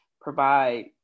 provide